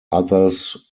others